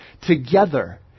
together